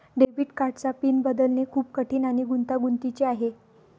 debit कार्डचा PIN बदलणे खूप कठीण आणि गुंतागुंतीचे आहे